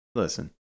Listen